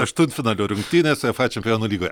aštuntfinalio rungtynes uefa čempionų lygoje